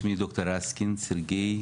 שמי ד"ר רסקין סרגיי,